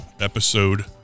episode